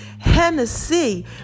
Hennessy